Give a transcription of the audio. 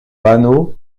panneau